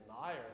admire